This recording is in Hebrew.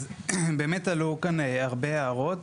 אז באמת עלו כאן הרבה הערות,